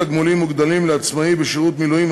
תגמולים מוגדלים לעצמאי בשירות מילואים),